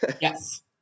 Yes